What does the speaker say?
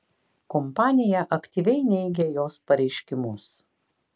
kompanija aktyviai neigia jos pareiškimus